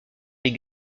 les